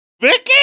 Vicky